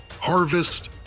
Harvest